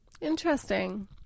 Interesting